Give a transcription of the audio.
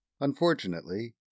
Unfortunately